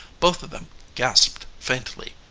both of them gasped faintly,